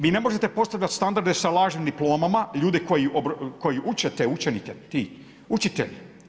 Vi ne možete postavljati standarde sa lažnim diplomama, ljudi koji uče te učenike, ti učitelji.